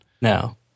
No